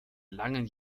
langen